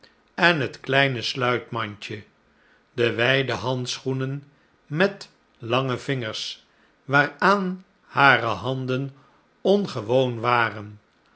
en het kleine sluitmandje de wijde handschoenen met lange vingers waaraan hare handen ongewoon waren